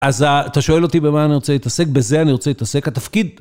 אז אתה שואל אותי במה אני רוצה להתעסק, בזה אני רוצה להתעסק, התפקיד.